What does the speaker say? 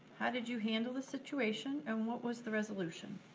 how did you handle the situation, and what was the resolution?